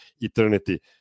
eternity